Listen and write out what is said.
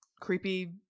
creepy